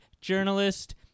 journalist